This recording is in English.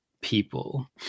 people